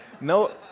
no